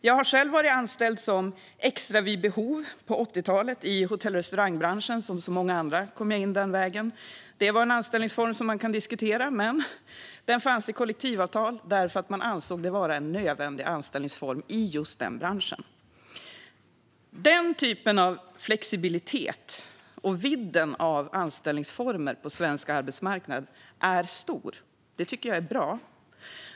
Jag har själv varit anställd som "extra vid behov" i hotell och restaurangbranschen på 80talet. Som så många andra kom jag in den vägen. Det var en anställningsform som man kan diskutera, men den fanns i kollektivavtal därför att man ansåg det vara en nödvändig anställningsform i just den branschen. Flexibiliteten och vidden av anställningsformer på svensk arbetsmarknad är stor. Det tycker jag är bra.